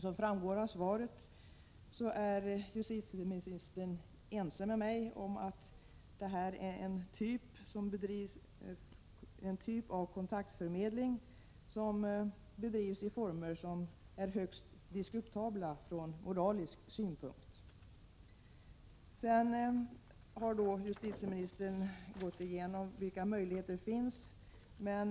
Som framgår av svaret är justitieministern ense med mig om att denna typ av kontaktförmedling bedrivs i former som är högst diskutabla från moralisk synpunkt. Justitieministern redogör för vilka möjligheter till ingripande som finns.